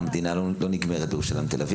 אבל המדינה לא נגמרת בירושלים ובתל אביב.